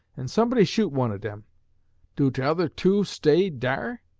and somebody shoot one of dem do t'other two stay dar?